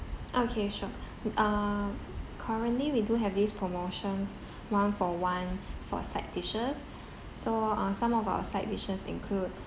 okay sure we'd uh currently we do have this promotion one for one for side dishes so uh some of our side dishes include